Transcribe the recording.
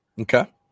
Okay